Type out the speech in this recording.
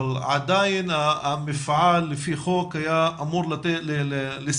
אבל עדיין המפעל לפי חוק היה אמור לספק